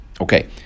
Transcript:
Okay